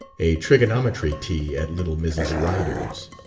a trigonometry tea at little mrs. ryder's.